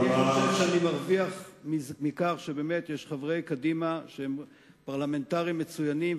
אני חושב שאני מרוויח מכך שיש בין חברי קדימה פרלמנטרים מצוינים,